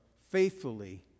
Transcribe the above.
faithfully